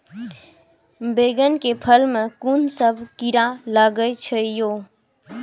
बैंगन के फल में कुन सब कीरा लगै छै यो?